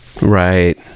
Right